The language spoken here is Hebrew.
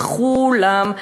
לכו-לם,